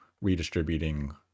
redistributing